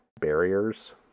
barriers